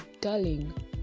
darling